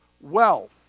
wealth